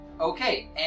Okay